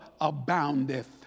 aboundeth